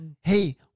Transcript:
Hey